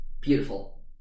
beautiful